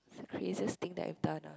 craziest thing that I've done ah